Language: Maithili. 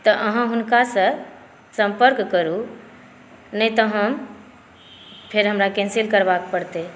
तऽ अहाँ हुनकासँ सम्पर्क करु नहि तऽ हम फेर हमरा कैन्सिल करबाक पड़तै